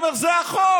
הוא אומר: זה החוק.